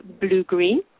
blue-green